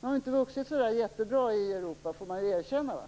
Man måste ju erkänna att den inte har vuxit så bra i Europa.